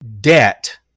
debt